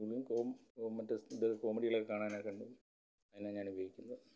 ഇതും കോം ഓം മറ്റെ ഇത് കോമഡികളൊക്കെ കാണാനൊക്കെ ഉണ്ട് അതിനാണ് ഞാൻ ഉപയോഗിക്കുന്നത്